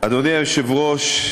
אדוני היושב-ראש,